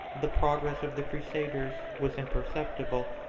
the progress of the crusaders was imperceptible,